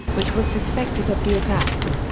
which were suspected of the attacks.